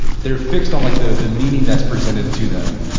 they're fixed on like the the meaning that's presented to them,